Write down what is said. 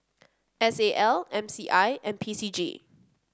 S A L M C I and P C G